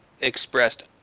expressed